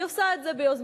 היא עושה את זה ביוזמתה.